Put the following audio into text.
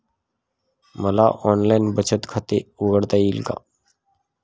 मला ऑनलाइन बचत खाते उघडता येईल का?